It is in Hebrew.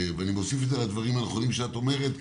ואני מוסיף את זה לדברים הנכונים שאת אומרת,